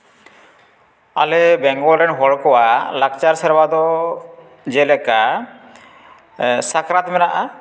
ᱟᱞᱮ ᱵᱮᱝᱜᱚᱞ ᱨᱮᱱ ᱦᱚᱲ ᱠᱚᱣᱟᱜ ᱞᱟᱠᱪᱟᱨ ᱥᱮᱨᱶᱟ ᱫᱚ ᱡᱮᱞᱮᱠᱟ ᱥᱟᱠᱨᱟᱛ ᱢᱮᱱᱟᱜᱼᱟ